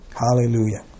hallelujah